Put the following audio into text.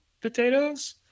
potatoes